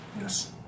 Yes